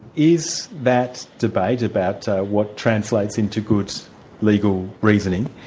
is that debate about what translates into good legal reasoning,